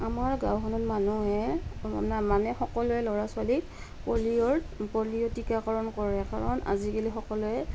আমাৰ গাঁওখনত মানুহে মানে সকলোৱে ল'ৰ ছোৱালীক পলিঅ'ৰ পলিঅ' টীকাকৰণ কৰে কাৰণ আজিকালি সকলোৱে